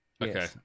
Okay